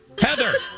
Heather